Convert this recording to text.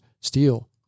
steel